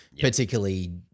particularly